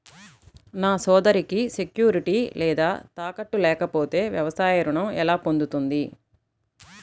నా సోదరికి సెక్యూరిటీ లేదా తాకట్టు లేకపోతే వ్యవసాయ రుణం ఎలా పొందుతుంది?